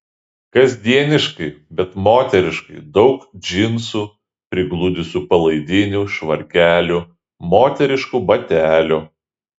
kasdieniškai bet moteriškai daug džinsų prigludusių palaidinių švarkelių moteriškų batelių